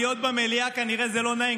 שלהיות במליאה כנראה זה לא נעים,